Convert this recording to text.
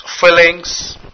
fillings